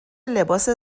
لباس